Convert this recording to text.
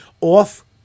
off